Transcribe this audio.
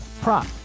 prop